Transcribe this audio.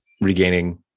regaining